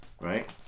right